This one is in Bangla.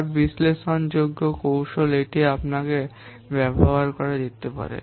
তার বিশ্লেষণযোগ্য কৌশল এটি অনুমান করতে ব্যবহার করা যেতে পারে